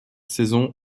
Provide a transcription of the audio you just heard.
saisons